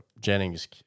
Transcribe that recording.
Jennings